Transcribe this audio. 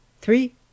three